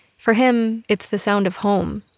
for him, it's the sound of home,